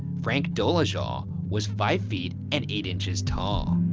frank dolezal, was five feet and eight inches tall.